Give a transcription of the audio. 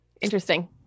Interesting